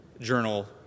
Journal